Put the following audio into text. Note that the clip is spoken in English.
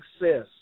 success